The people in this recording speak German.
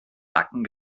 nacken